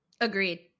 Agreed